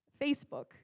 Facebook